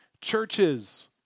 Churches